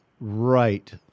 right